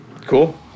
cool